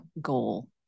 goal